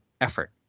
effort